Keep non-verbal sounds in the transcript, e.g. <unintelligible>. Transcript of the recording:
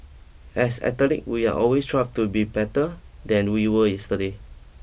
as athlete we are always <unintelligible> to be better than we were yesterday